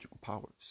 powers